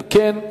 אם כן,